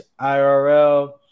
IRL